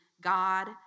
God